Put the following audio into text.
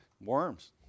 worms